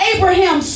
Abraham